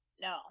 no